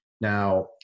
Now